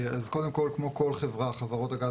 קודם כל כמו כל חברה, חברות הגז